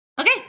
Okay